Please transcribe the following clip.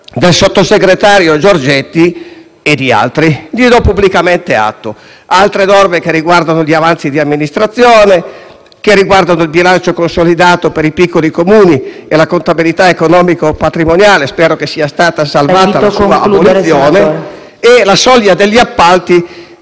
del sottosegretario Giorgetti e di altri, e gliene do pubblicamente atto. Altre norme riguardano gli avanzi di amministrazione, il bilancio consolidato per i piccoli Comuni, la contabilità economico-patrimoniale, di cui spero sia stata salvata l'abolizione, e la soglia degli appalti